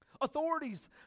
Authorities